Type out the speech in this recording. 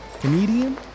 Comedian